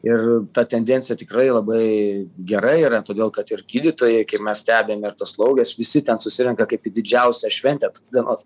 ir ta tendencija tikrai labai gera yra todėl kad ir gydytojai kai mes stebime ir tos slaugės visi ten susirenka kaip į didžiausią šventę tos dienos